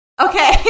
Okay